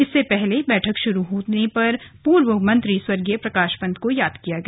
इससे पहले बैठक शुरू होने पर पूर्व मंत्री स्वर्गीय प्रकाश पंत को याद किया गया